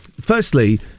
Firstly